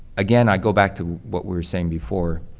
again, i go back to what we were saying before.